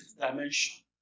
dimension